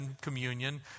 communion